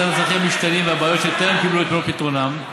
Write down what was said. בצד הצרכים המשתנים והבעיות שטרם קיבלו את מלוא פתרונן,